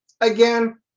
again